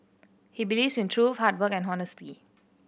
he believes in truth hard work and honesty